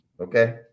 Okay